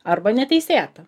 arba neteisėta